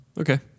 Okay